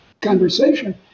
conversation